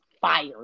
fire